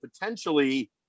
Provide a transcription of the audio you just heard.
potentially